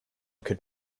could